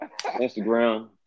Instagram